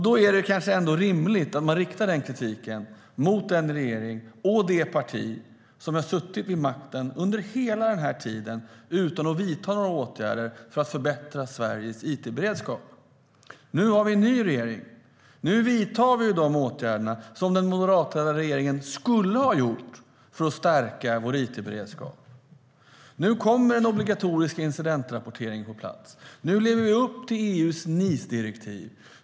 Då är det kanske ändå rimligt att man riktar kritiken mot den regering och det parti som under hela denna tid har suttit vid makten utan att vidta några åtgärder för att förbättra Sveriges it-beredskap. Nu har vi en ny regering, och nu vidtar vi de åtgärder den moderatledda regeringen skulle ha vidtagit för att stärka vår it-beredskap. Nu kommer den obligatoriska incidentrapporteringen på plats. Nu lever vi upp till EU:s NIS-direktiv.